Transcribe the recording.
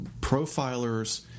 profilers